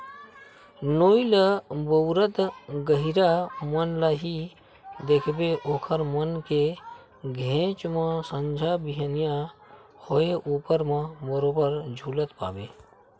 नोई ल बउरत गहिरा मन ल ही देखबे ओखर मन के घेंच म संझा बिहनियां होय ऊपर म बरोबर झुलत पाबे